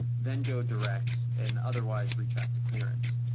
then go direct and otherwise retract to clearance.